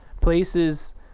places